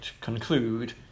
conclude